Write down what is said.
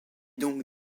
donc